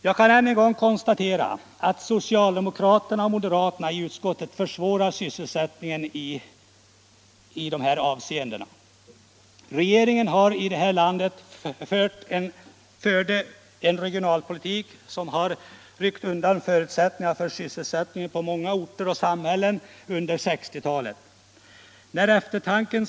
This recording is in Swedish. Jag kan ännu en gång konstatera att socialdemokraterna och moderaterna i utskottet försvårar sysselsättningen i våra glesbygder. Regeringen har här i landet fört en regionalpolitik som har ryckt undan förutsättningarna för sysselsättning på många orter och i många samhällen under 1960-talet.